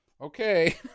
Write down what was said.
Okay